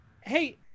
Hey